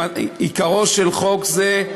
עיקרו של חוק זה,